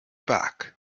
back